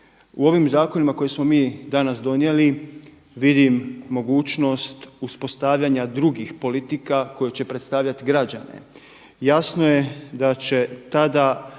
U ovim zakonima koje smo mi danas donijeli vidim mogućnost uspostavljanja drugih politika koje će predstavljati građane. Jasno je da će tada